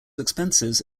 expenses